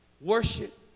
worship